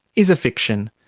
is a fiction.